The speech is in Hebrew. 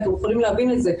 אתם יכולים להבין את זה.